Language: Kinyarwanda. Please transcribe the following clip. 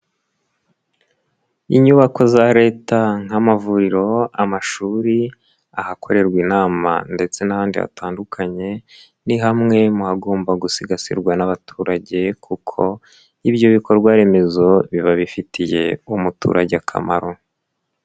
Inyubako za Leta nk'amavuriro, amashuri, ahakorerwa inama ndetse n'ahandi hatandukanye, ni hamwe mu hagomba gusigasirwa n'abaturage kuko ibyo bikorwaremezo biba bifitiye umuturage akamaro.